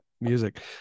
music